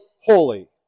holy